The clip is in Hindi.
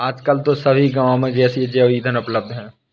आजकल तो सभी गांव में गैसीय जैव ईंधन उपलब्ध है